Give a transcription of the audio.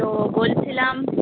তো বলছিলাম